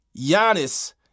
Giannis